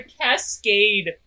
cascade